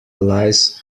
lies